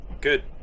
Good